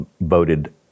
voted